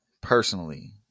personally